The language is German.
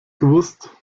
gewusst